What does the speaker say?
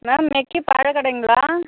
ma'am நிக்கி பழக்கடைங்களா